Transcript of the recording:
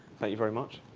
you very much.